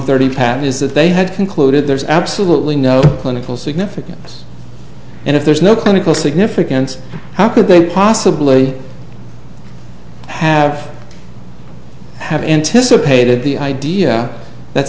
thirty pattern is that they had concluded there's absolutely no clinical significance and if there's no clinical significance how could they possibly have to have anticipated the idea that